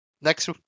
next